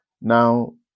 Now